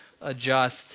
adjust